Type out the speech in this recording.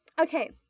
Okay